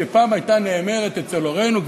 שפעם הייתה נאמרת אצל הורינו,